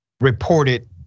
reported